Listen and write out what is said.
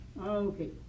okay